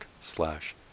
slash